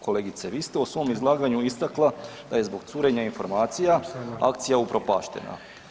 Kolegice vi ste u svom izlaganju istakla da je zbog curenja informacija akcija upropaštena.